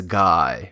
guy